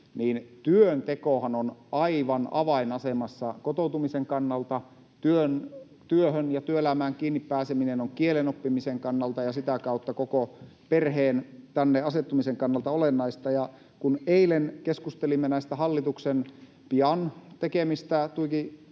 niin työntekohan on aivan avainasemassa kotoutumisen kannalta. Työhön ja työelämään kiinni pääseminen on kielen oppimisen kannalta ja sitä kautta koko perheen tänne asettumisen kannalta olennaista. Kun eilen keskustelimme näistä hallituksen pian tekemistä